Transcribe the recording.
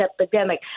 epidemic